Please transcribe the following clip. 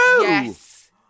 Yes